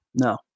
No